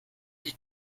die